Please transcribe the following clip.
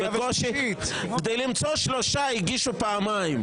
כדי למצוא שלושה הגישו פעמיים.